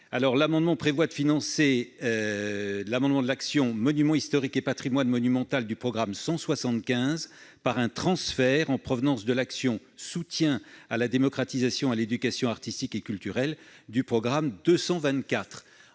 amendement vise à financer l'action Monuments historiques et patrimoine monumental du programme 175 par un transfert en provenance de l'action Soutien à la démocratisation et à l'éducation artistique et culturelle du programme 224.